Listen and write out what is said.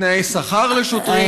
תנאי שכר לשוטרים.